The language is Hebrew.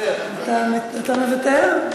אתה מוותר?